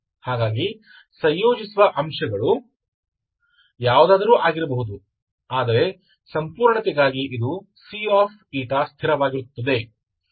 ಹಾಗಾಗಿ ಸಂಯೋಜಿಸುವ ಅಂಶಗಳು ಯಾವುದಾದರೂ ಆಗಿರಬಹುದು ಆದರೆ ಸಂಪೂರ್ಣತೆಗಾಗಿ ಇದು C ಸ್ಥಿರವಾಗಿರುತ್ತದೆ